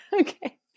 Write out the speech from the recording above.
Okay